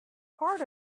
part